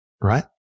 Right